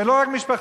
ולא רק משפחתנו,